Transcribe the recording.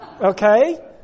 Okay